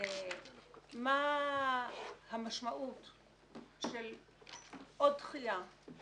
מה המשמעות של עוד דחייה,